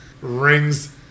rings